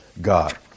God